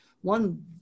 One